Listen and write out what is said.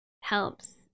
helps